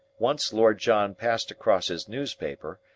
once lord john passed across his newspaper,